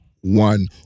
one